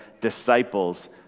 disciples